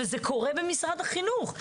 וזה קורה במשרד החינוך.